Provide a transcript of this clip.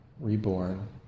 reborn